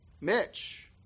Mitch